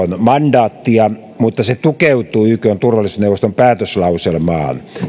mandaattia mutta se tukeutuu ykn turvallisuusneuvoston päätöslauselmaan